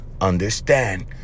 understand